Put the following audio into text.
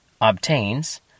obtains